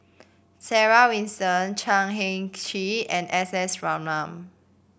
Sarah Winstedt Chan Heng Chee and S S Ratnam